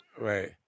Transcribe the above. right